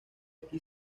aquí